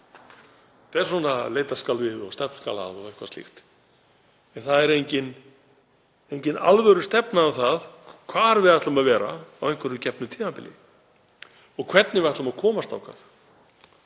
leitast skal við og stefnt skal að og eitthvað slíkt. En það er engin alvörustefna um það hvar við ætlum að vera á einhverju gefnu tímabili og hvernig við ætlum að komast þangað.